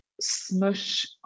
smush